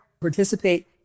participate